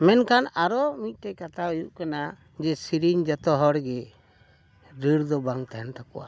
ᱢᱮᱱᱠᱷᱟᱱ ᱟᱨᱚ ᱢᱤᱫᱴᱮᱱ ᱠᱟᱛᱷᱟ ᱦᱩᱭᱩᱜ ᱠᱟᱱᱟ ᱡᱮ ᱥᱮᱨᱮᱧ ᱡᱚᱛᱚ ᱦᱚᱲᱜᱮ ᱨᱟᱹᱲ ᱫᱚ ᱵᱟᱝ ᱛᱟᱦᱮᱱ ᱛᱟᱠᱚᱣᱟ